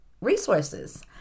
resources